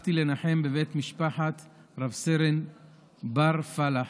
הלכתי לנחם בבית משפחת רב-סרן בר פלח,